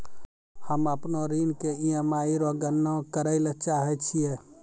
हम्म अपनो ऋण के ई.एम.आई रो गणना करैलै चाहै छियै